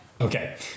Okay